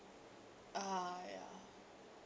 uh ya